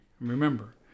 Remember